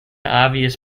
obvious